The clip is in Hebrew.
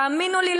תאמינו לי,